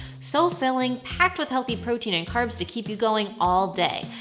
so filling, packed with healthy protein and carbs to keep you going all day!